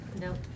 Nope